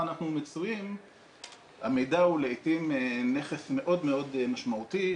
אנחנו מצויים המידע הוא לעתים נכס מאוד מאוד משמעותי,